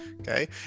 okay